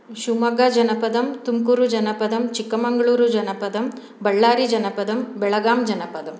शिवमोग्गजनपदं तुम्कूरुजनपदं चिक्कमङ्गळूरुजनपदं बळ्ळारिजनपदं बेळगां जनपदम्